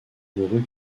mourut